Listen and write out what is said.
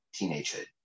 teenagehood